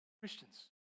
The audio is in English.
Christians